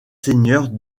seigneurs